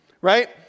right